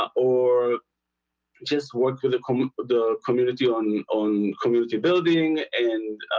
or just work with the com the community on on community building and